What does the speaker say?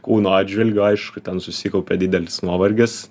kūno atžvilgiu aišku ten susikaupia didelis nuovargis